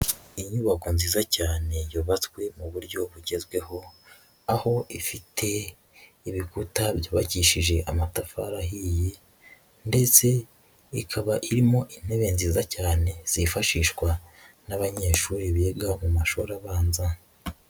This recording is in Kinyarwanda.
Inyubako nziza cyane yubatswe mu buryo bugezweho, aho ifite ibikuta byubakishije amatafari ahiye ndetse ikaba irimo intebe nziza cyane zifashishwa n'abanyeshuri biga mu mashuri abanza.